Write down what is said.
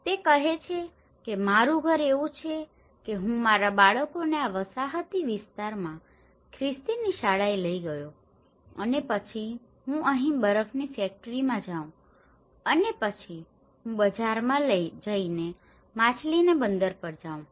તે કહે છે કે મારું ઘર એવું છે કે હું મારા બાળકોને આ વસાહતી વિસ્તારમાં ખ્રિસ્તીની શાળાએ લઈ ગયો અને પછી હું અહીં બરફની ફેક્ટરીમાં જઉં અને પછી હું બજારમાં જઈને માછલીને બંદર પર જાઉં છું